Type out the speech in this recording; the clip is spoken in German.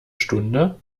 stunde